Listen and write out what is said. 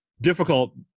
difficult